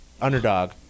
underdog